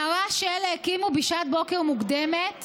מהרעש שאלה הקימו בשעת בוקר מוקדמת